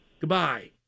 Goodbye